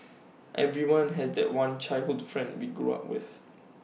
everyone has that one childhood friend we grew up with